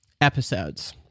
episodes